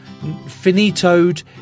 finitoed